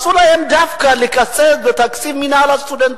מצאו להם לקצץ בתקציב מינהל הסטודנטים.